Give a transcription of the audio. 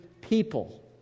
people